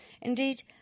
Indeed